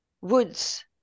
woods